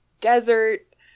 desert